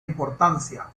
importancia